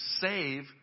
save